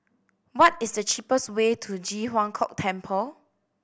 what is the cheapest way to Ji Huang Kok Temple